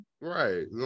Right